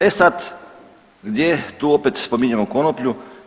E sad, gdje tu opet spominjemo konoplju?